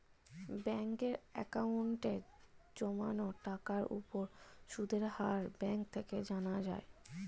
ব্যাঙ্কের অ্যাকাউন্টে জমানো টাকার উপর সুদের হার ব্যাঙ্ক থেকে জানা যায়